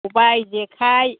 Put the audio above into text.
खबाय जेखाय